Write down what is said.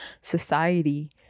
society